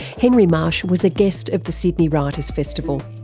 henry marsh was a guest of the sydney writers festival.